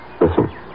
Listen